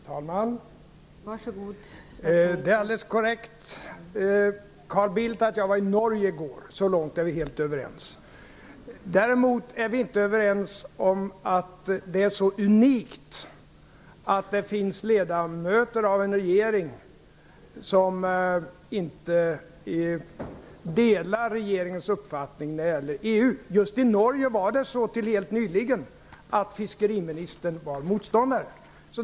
Fru talman! Det är alldeles korrekt, Carl Bildt, att jag var i Norge i går. Så långt är vi alldeles överens. Däremot är vi inte överens om att det är så unikt att det i en regering finns ledamöter i en regering som inte delar regeringens uppfattning när det gäller EU. Just i Norge var det fram till helt nyligen så att fiskeriministern var motståndare.